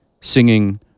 singing